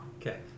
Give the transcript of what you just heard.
Okay